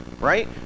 Right